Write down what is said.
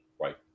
right